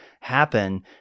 happen